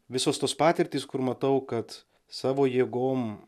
visos tos patirtys kur matau kad savo jėgom